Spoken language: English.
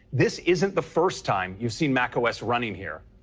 this isn't the first time you've seen macos running here.